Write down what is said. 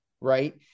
right